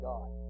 God